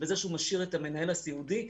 שבזה שהוא משאיר את המנהל הסיעודי,